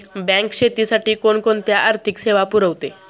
Bank शेतीसाठी कोणकोणत्या आर्थिक सेवा पुरवते?